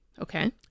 Okay